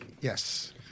Yes